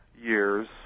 years